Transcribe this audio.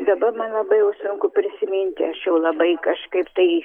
dabar man labai jau sunku prisiminti aš jau labai kažkaip tai